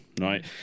right